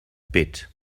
bit